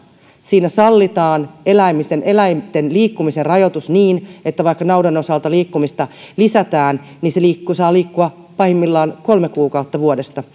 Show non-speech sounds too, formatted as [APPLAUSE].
siinä sallitaan eläinten liikkumisen rajoitus niin että vaikka naudan osalta liikkumista lisätään niin se saa liikkua pahimmillaan kolme kuukautta vuodesta [UNINTELLIGIBLE]